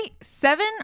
seven